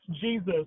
Jesus